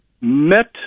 met